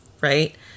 right